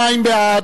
42, בעד,